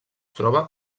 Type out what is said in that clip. troba